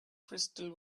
crystal